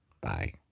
Bye